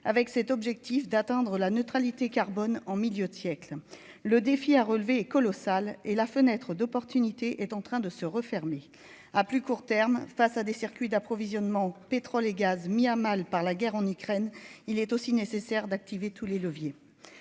avec cet objectif d'atteindre la neutralité carbone en milieu de siècles le défi à relever est colossal et la fenêtre d'opportunité est en train de se refermer à plus court terme, face à des circuits d'approvisionnement en pétrole et gaz mis à mal par la guerre en Ukraine, il est aussi nécessaire d'activer tous les leviers,